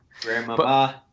Grandma